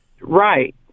Right